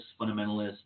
fundamentalist